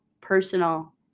personal